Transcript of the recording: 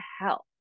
help